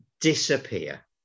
disappear